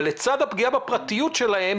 אבל לצד הפגיעה בפרטיות שלהם,